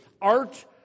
art